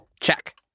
Check